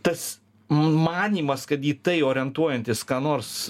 tas manymas kad į tai orientuojantis ką nors